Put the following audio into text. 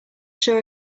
sure